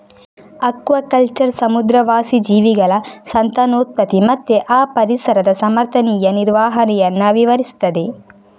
aquaculture ಸಮುದ್ರವಾಸಿ ಜೀವಿಗಳ ಸಂತಾನೋತ್ಪತ್ತಿ ಮತ್ತೆ ಆ ಪರಿಸರದ ಸಮರ್ಥನೀಯ ನಿರ್ವಹಣೆಯನ್ನ ವಿವರಿಸ್ತದೆ